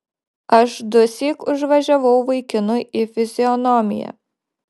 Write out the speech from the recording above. aš dusyk užvažiavau vaikinui į fizionomiją